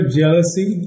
jealousy